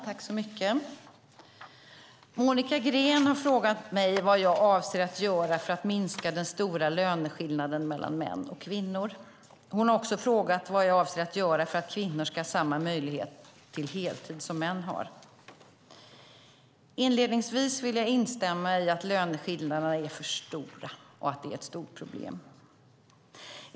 Fru talman! Monica Green har frågat mig vad jag avser att göra för att minska den stora löneskillnaden mellan män och kvinnor. Hon har också frågat vad jag avser att göra för att kvinnor ska ha samma möjlighet till heltid som män har. Inledningsvis vill jag instämma i att löneskillnaderna är för stora och att det är ett stort problem.